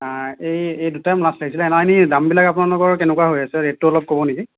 এই এই দুটাই মাছ লাগিছিলে নাই এনেই দামবিলাক আপোনালোকৰ কেনেকুৱা হৈ আছে ৰেটটো অলপ কৱ নেকি